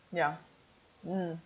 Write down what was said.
ya mm